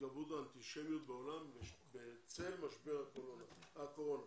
והתגברות האנטישמיות בעולם בצל משבר הקורונה.